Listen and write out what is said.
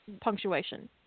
punctuation